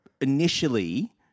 Initially